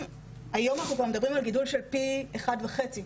היום אנחנו מדברים כבר על גידול של פי אחת וחצי,